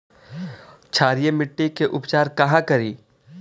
क्षारीय मिट्टी के उपचार कहा करी?